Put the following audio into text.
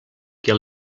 que